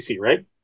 right